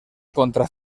contra